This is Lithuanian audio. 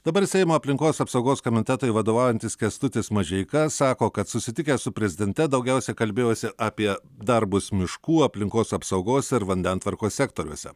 dabar seimo aplinkos apsaugos komitetui vadovaujantis kęstutis mažeika sako kad susitikęs su prezidente daugiausiai kalbėjosi apie darbus miškų aplinkos apsaugos ir vandentvarkos sektoriuose